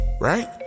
Right